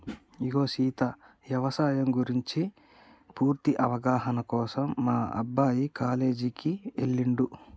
ఇగో సీత యవసాయం గురించి పూర్తి అవగాహన కోసం మా అబ్బాయి కాలేజీకి ఎల్లిండు